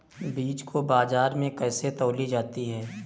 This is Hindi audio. बीज को बाजार में कैसे तौली जाती है?